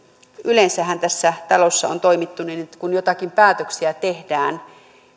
yleensähän tässä talossa on toimittu niin että kun joitakin päätöksiä tehdään